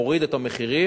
מוריד את המחירים,